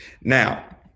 Now